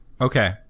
Okay